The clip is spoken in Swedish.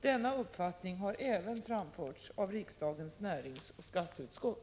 Denna uppfattning har även framförts av riksdagens näringsutskott och skatteutskott.